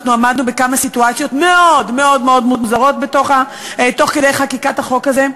עמדנו בכמה סיטואציות מאוד מאוד מוזרות תוך כדי חקיקת החוק הזה,